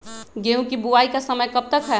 गेंहू की बुवाई का समय कब तक है?